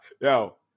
Yo